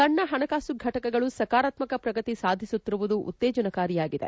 ಸಣ್ಣ ಹಣಕಾಸು ಘಟಕಗಳು ಸಕಾರಾತ್ಮಕ ಪ್ರಗತಿ ಸಾಧಿಸುತ್ತಿರುವುದು ಉತ್ತೇಜನಕಾರಿಯಾಗಿದೆ